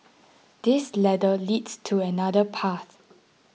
this ladder leads to another path